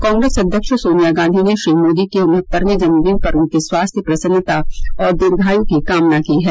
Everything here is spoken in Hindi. कांग्रेस अध्यक्ष सोनिया गांधी ने श्री मोदी के उन्हत्तरवें जन्मदिन पर उनके स्वास्थ्य प्रसन्नता और दीर्घाय् की कामना की है